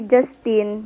Justin